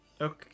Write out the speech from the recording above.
Okay